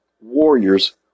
Warriors